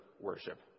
worship